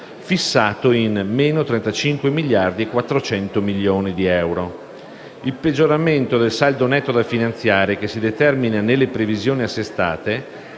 fissato in -35 miliardi e 400 milioni di euro. Il peggioramento del saldo netto da finanziare che si determina nelle previsioni assestate,